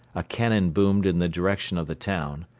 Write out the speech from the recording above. a cannon boomed in the direction of the town.